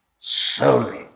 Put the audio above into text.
solely